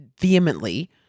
vehemently